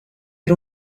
era